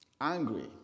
Angry